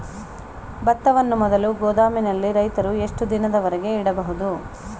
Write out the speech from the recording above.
ಭತ್ತವನ್ನು ಮೊದಲು ಗೋದಾಮಿನಲ್ಲಿ ರೈತರು ಎಷ್ಟು ದಿನದವರೆಗೆ ಇಡಬಹುದು?